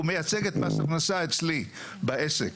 הוא מייצג את מס הכנסה אצלי בעסק.